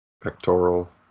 Pectoral